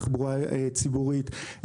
תחבורה ציבורית,